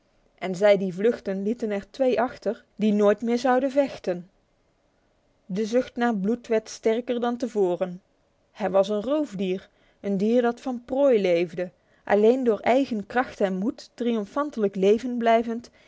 en zij die vluchtten lieten er twee achter die nooit meer zouden vechten de zucht naar bloed werd sterker dan te voren hij was een roofdier een dier dat van prooi leefde alleen door eigen kracht en moed triomfantelijk leven blijvend